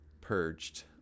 purged